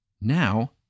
Now